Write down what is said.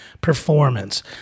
performance